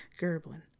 Gerblin